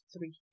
three